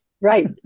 Right